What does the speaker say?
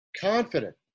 confident